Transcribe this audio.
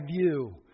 view